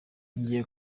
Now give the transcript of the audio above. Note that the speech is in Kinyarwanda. ngiye